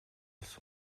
улс